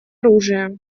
оружия